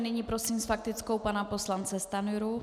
Nyní prosím s faktickou pana poslance Stanjuru.